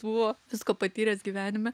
buvo visko patyręs gyvenime